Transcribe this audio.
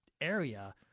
area